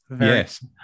yes